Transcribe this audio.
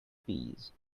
peas